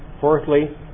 fourthly